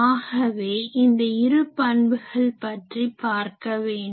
ஆகவே இந்த இரு பண்புகள் பற்றி பார்க்க வேண்டும்